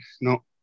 No